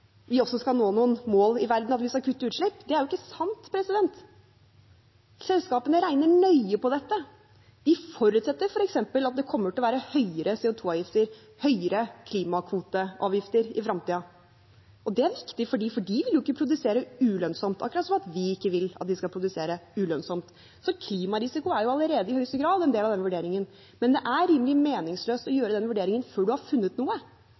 vi også skal nå noen mål i verden, at vi skal kutte utslipp. Det er jo ikke sant. Selskapene regner nøye på dette. De forutsetter f.eks. at det kommer til å være høyere CO 2 -avgifter, høyere klimakvoteavgifter i fremtiden. Det er viktig for dem, for de vil jo ikke produsere ulønnsomt, akkurat som at vi ikke vil at de skal produsere ulønnsomt. Så klimarisiko er allerede i høyeste grad en del av denne vurderingen. Men det er rimelig meningsløst å gjøre den vurderingen før man har funnet noe,